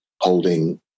holding